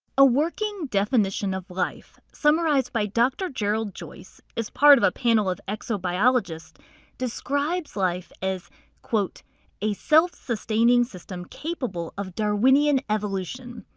a working definition of life summarized by dr. gerald joyce as part of a panel of exobiologists describes life as a self-sustaining system capable of darwinian evolution.